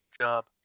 job